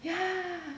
yeah